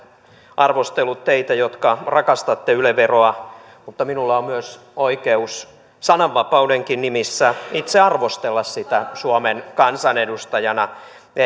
arvostellut teitä jotka rakastatte yle veroa mutta minulla on myös oikeus sananvapaudenkin nimissä itse arvostella sitä suomen kansanedustajana